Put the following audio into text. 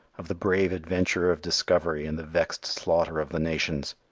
of the brave adventure of discovery and the vexed slaughter of the nations.